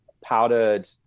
powdered